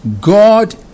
God